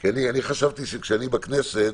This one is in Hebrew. אני חשבתי שכשאני בכנסת,